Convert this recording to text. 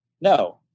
no